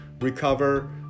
recover